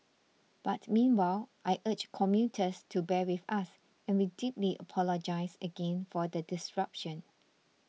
but meanwhile I urge commuters to bear with us and we deeply apologise again for the disruption